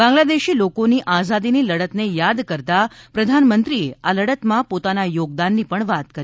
બાંગ્લાદેશી લોકોની આઝાદીની લડતને યાદ કરતા પ્રધાનમંત્રીએ આ લડતમાં પોતાના યોગદાનની પણ વાત કરી